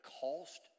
cost